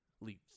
leaves